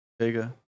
Vega